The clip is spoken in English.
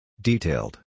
Detailed